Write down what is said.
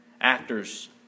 Actors